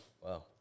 Wow